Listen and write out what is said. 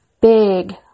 Big